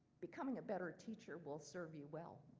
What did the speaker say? becoming a better teacher will serve you well.